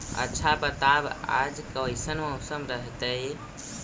आच्छा बताब आज कैसन मौसम रहतैय?